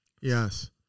Yes